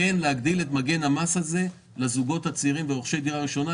להגדיל את מגן המס הזה לזוגות הצעירים ולרוכשי דירה ראשונה.